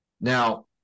Now